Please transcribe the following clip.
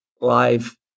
live